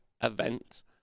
event